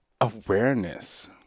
Awareness